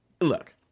look